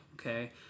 okay